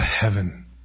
heaven